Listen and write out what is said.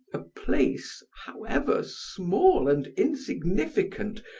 a place, however small and insignificant,